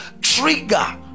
trigger